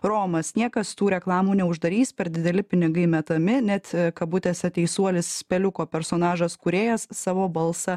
romas niekas tų reklamų neuždarys per dideli pinigai metami net kabutėse teisuolis peliuko personažas kūrėjas savo balsą